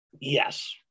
Yes